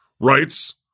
writes